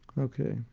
Okay